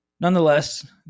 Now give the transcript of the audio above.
nonetheless